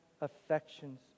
affections